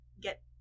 get